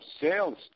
sales